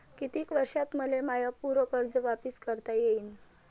कितीक वर्षात मले माय पूर कर्ज वापिस करता येईन?